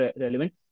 relevant